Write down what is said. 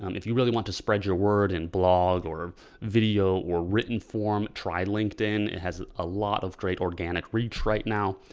um if you really want to spread your word in blog or video or written form, try linkedin, it has a lot of great organic reach right now.